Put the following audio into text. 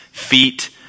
feet